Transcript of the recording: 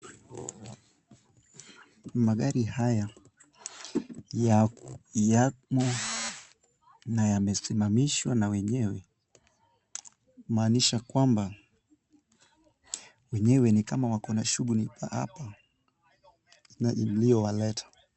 Magari haya yamo na yamesimamiswa na wenyewe, kumaanisha kwamba wenyewe ni kama wako na shughuli ya hapa na iliyowaleta.